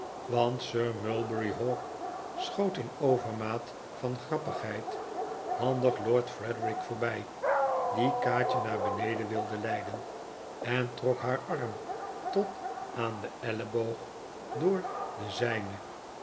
want sir mulberry hawk schoot in overmaat van grappigheid handig lord frederik voorbij die kaatje naar beneden wilde leiden en trok haar arm tot aan den elleboog door den zijnen